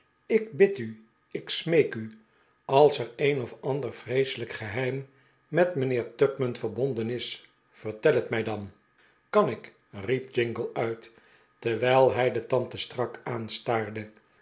ik bid u ik smeek u als er een of ander vreeselljk geheim met mijnheer tupman verbonden is vertel het mij dan kan ik riep jingle uit terwijl hij de tante strak aanstaarde